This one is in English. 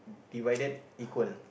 divided equal